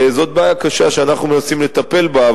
זאת בעיה קשה שאנחנו מנסים לטפל בה,